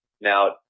Now